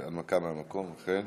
הנמקה מהמקום, אכן.